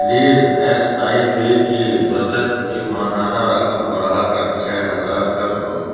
please S I P کی بچت کی ماہانہ رقم بڑھا کر چھ ہزار کر دو